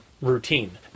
routine